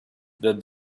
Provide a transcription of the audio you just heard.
that